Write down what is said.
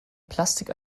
plastik